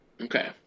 okay